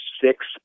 six